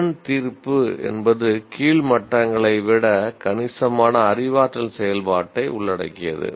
திறன் தீர்ப்பு என்பது கீழ் மட்டங்களை விட கணிசமான அறிவாற்றல் செயல்பாட்டை உள்ளடக்கியது